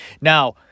Now